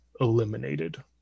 eliminated